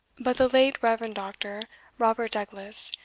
but the late reverend doctor robert douglas,